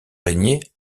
régnier